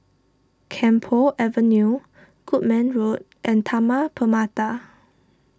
Camphor Avenue Goodman Road and Taman Permata